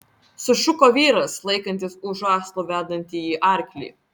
sušuko vyras laikantis už žąslų vedantįjį arklį